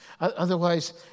Otherwise